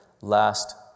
last